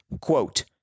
quote